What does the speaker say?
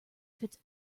fits